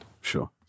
Sure